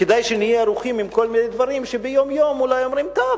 כדאי שנהיה ערוכים עם כל מיני דברים שביום-יום אולי אומרים: טוב,